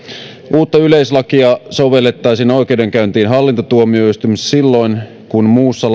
uutta yleislakia sovellettaisiin oikeudenkäyntiin hallintotuomioistuimissa silloin kun muussa